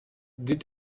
did